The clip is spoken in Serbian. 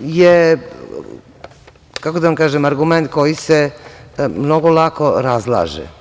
je argument koji se mnogo lako razlaže.